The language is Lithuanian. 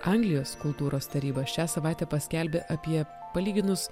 anglijos kultūros taryba šią savaitę paskelbė apie palyginus